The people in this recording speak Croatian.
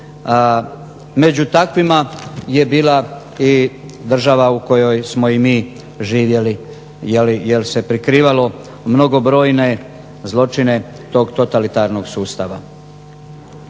Među takvima je bila i država u kojoj smo i mi živjeli jer se prikrivalo mnogobrojne zločine tog totalitarnog sustava.